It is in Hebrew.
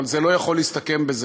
אבל זה לא יכול להסתכם בזה.